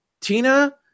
Tina